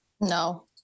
No